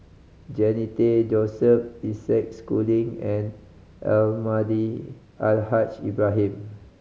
Jannie Tay Joseph Isaac Schooling and Almahdi Al Haj Ibrahim